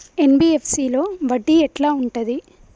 NBFC లో వడ్డీ ఎట్లా ఉంటది?